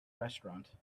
restaurant